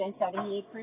78%